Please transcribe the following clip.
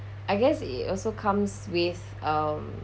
I guess it it also comes with um